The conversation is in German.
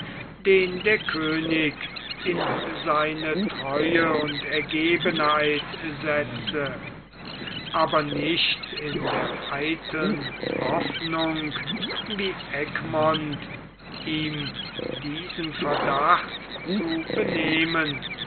den der könig in seine treue und ergebenheit setze aber nicht in der eiteln hoffnung wie egmont ihm diesen verdacht zu benehmen